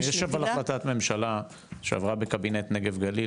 --- יש אבל החלטת ממשלה שעברה בקבינט נגב-גליל,